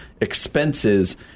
expenses